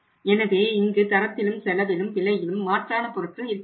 எனவே இங்கு தரத்திலும் செலவிலும் விலையிலும் மாற்றான பொருட்கள் இருக்கின்றன